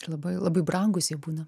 ir labai labai brangūs jie būna